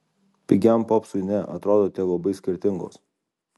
pigiam popsui ne atrodote labai skirtingos